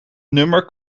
nummer